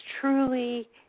truly